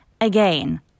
Again